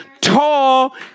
tall